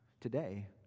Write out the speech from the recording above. today